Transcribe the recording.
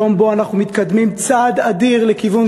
יום שבו אנחנו מתקדמים צעד אדיר לכיוון